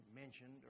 mentioned